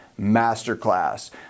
masterclass